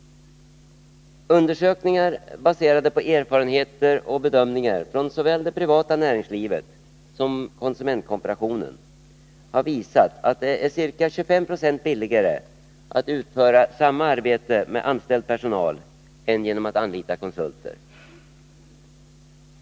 Undersökningar, baserade på erfarenheter och bedömningar från såväl det privata näringslivet som konsumentkooperationen, har visat att det är ca 25 Yo billigare att utföra samma arbete med anställd personal än genom att anlita konsulter.